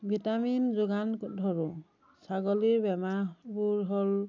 vitamin যোগান ধৰোঁ ছাগলীৰ বেমাৰবোৰ হ'ল